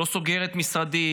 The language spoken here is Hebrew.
לא סוגרת משרדים,